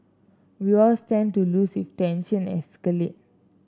we all stand to lose if tension escalate